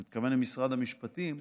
אני מתכוון למשרד המשפטים,